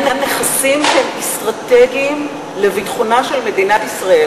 נכסים שהם אסטרטגיים לביטחונה של מדינת ישראל,